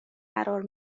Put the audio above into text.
قرار